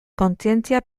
kontzientzia